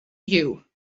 you